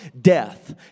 death